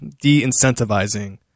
de-incentivizing